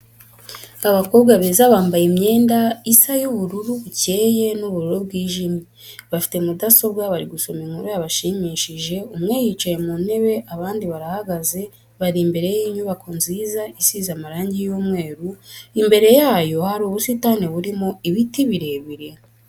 Abakobwa beza bambaye imyenda isa y'ubururu bukeye n'ubururu bwijimye, bafite mudasobwa bari gusoma inkuru yabashimishije, umwe yicaye mu ntebe abandi barahagaze, bari imbere y'inyubako nziza isize amarangi y'umweru, imbere yayo hari ubusitani burimo ibiti birebire.